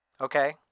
Okay